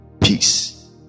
peace